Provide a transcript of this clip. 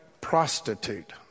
prostitute